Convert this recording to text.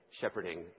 shepherding